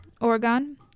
Oregon